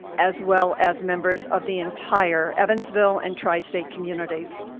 as well as members of the entire evansville and tri-state communities.